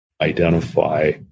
identify